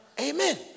Amen